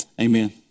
Amen